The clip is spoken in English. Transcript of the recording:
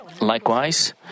likewise